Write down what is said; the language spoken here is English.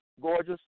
gorgeous